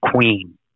queen